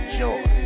joy